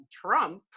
Trump